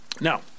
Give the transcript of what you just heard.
Now